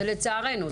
זה לצערנו.